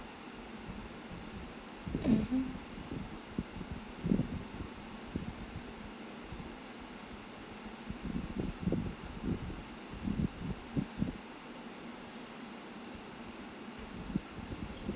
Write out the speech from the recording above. mmhmm